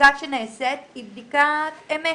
שהבדיקה שנעשית היא בדיקת אמת,